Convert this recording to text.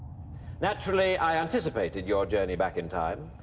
naturally i anticipated your journey back in time,